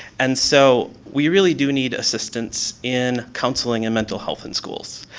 and so, we really do need assistance in counseling and mental health in schools.